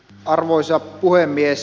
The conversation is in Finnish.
arvoisa puhemies